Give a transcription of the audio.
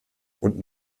und